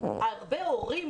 הרבה הורים